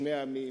לשני עמים.